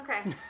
Okay